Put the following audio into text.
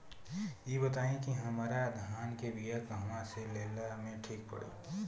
इ बताईं की हमरा धान के बिया कहवा से लेला मे ठीक पड़ी?